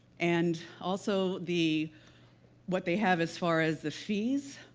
and, also, the what they have as far as the fees,